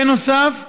בנוסף,